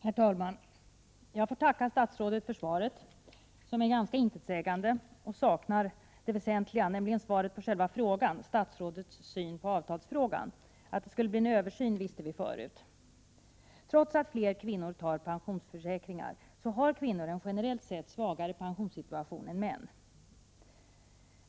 Herr talman! Jag får tacka statsrådet för svaret som är ganska intetsägande och saknar det väsentliga, nämligen svaret på själva frågan, statsrådets syn på avtalsfrågan. Att det skall göras en översyn visste vi förut. Trots att fler kvinnor tecknar pensionsförsäkringar har kvinnor generellt sett en sämre pensionssituation än män.